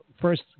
first